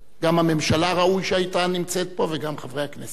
גם הממשלה ראוי שהיתה נמצאת פה וגם חברי הכנסת.